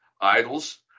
idols